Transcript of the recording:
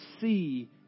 see